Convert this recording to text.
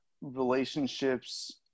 relationships